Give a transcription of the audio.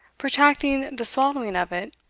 protracting the swallowing of it,